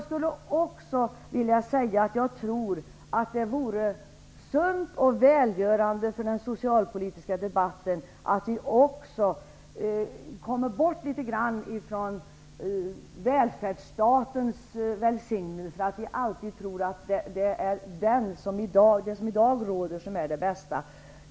Dessutom tror jag att det vore sunt och välgörande för den socialpolitiska debatten om vi också litet grand kunde komma bort från detta med välfärdsstatens välsignelse -- dvs. att vi alltid tror att det som i dag råder är det bästa.